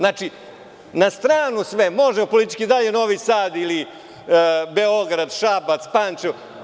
Na stranu sve, može biti politički da li je Novi Sad ili Beograd ili Šabac ili Pančevo.